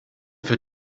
für